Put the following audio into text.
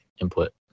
input